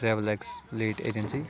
travel X late agency